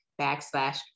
backslash